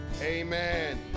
Amen